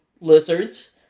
lizards